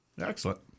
Excellent